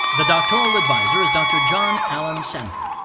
the doctoral advisor is dr. jon alan so